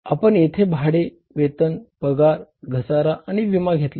आपण येथे भाडे वेतन पगार घसारा आणि विमा घेतला आहे